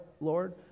Lord